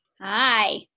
Hi